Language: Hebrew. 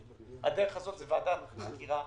הדרך הזאת היא ועדת חקירה ממלכתית.